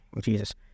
Jesus